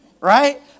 Right